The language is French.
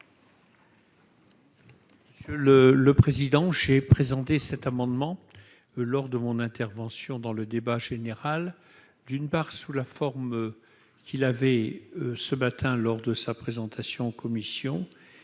Le le président, j'ai présenté cet amendement lors de mon intervention dans le débat chez General d'une part, sous la forme qu'il avait ce matin lors de sa présentation commission